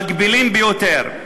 מגבילים ביותר.